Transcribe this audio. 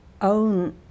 own